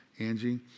Angie